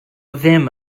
ddim